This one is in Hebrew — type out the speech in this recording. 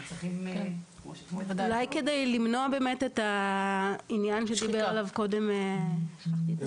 אולי כדי למנוע את העניין שדיבר עליו קודם אהוד